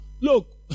Look